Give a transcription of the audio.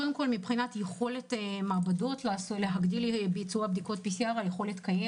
היכולת של המעבדות להגדיל ביצוע של בדיקות PCR קיימת.